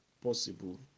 possible